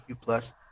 plus